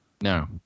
No